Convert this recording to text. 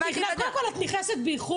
לא, לא, סליחה, קודם כל את נכנסת באיחור.